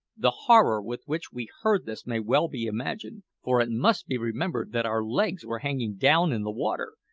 the horror with which we heard this may well be imagined for it must be remembered that our legs were hanging down in the water,